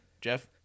Jeff